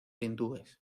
hindúes